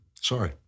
Sorry